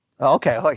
Okay